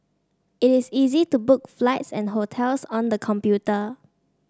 it is easy to book flights and hotels on the computer